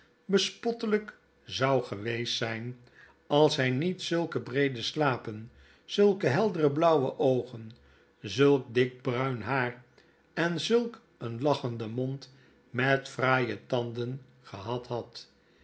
bespottelijk zou geweest zyn als hy niet zulke breede slapen zulke heldere blauwe oogen zulk dik bruin haar en zulk een lachenden mond met fraaie tanden gehad had